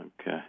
okay